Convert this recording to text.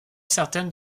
certaines